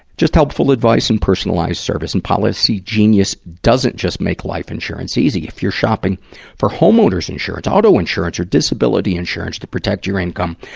just helpful advice and personalized service. and policygenius doesn't just make life insurance easy. if you're shopping for homeowner's insurance, auto insurance, or disability insurance to protect your income,